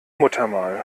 muttermal